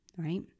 Right